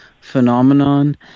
phenomenon